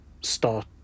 start